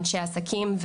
אנשי עסקים,